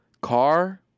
Car